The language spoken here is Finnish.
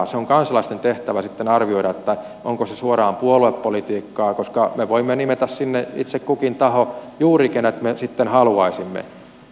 se on kansalaisten tehtävä sitten arvioida onko se suoraan puoluepolitiikkaa koska me voimme nimetä sinne itse kukin taho juuri kenet me sitten haluaisimme